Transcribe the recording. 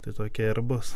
tai tokia ir bus